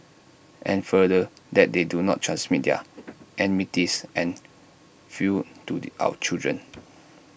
and further that they do not transmit their enmities and feuds to the our children